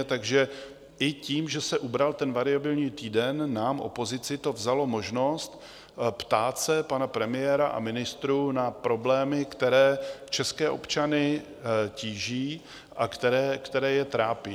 Takže i tím, že se ubral ten variabilní týden, nám, opozici, to vzalo možnost ptát se pana premiéra i ministrů na problémy, které české občany tíží a které je trápí.